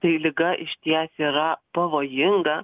tai liga išties yra pavojinga